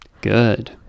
good